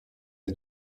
est